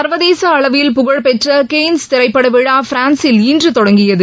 சர்வதேச அளவில் புகழ் பெற்ற கேன்ஸ் திரைப்பட விழா பிரான்சில் இன்று தொடங்கியது